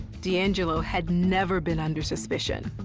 deangelo had never been under suspicion.